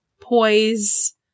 poise